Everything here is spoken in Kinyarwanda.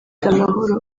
amahoro